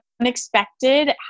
unexpected